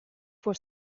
for